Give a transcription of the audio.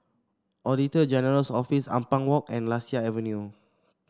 Auditor General's Office Ampang Walk and Lasia Avenue